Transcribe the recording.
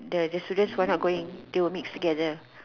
the the students who are not going they will mix together